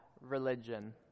religion